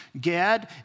Gad